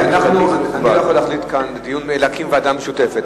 אני לא יכול להחליט כאן בדיון להקים ועדה משותפת.